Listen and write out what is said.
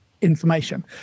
information